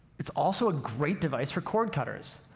it's also a great device for cord-cutters,